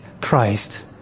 Christ